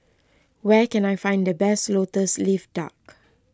where can I find the best Lotus Leaf Duck